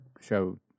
show